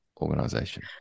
organization